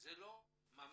זה לא ממש